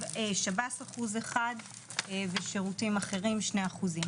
שב"ס אחוז אחד ושירותים אחרים 2 אחוזים.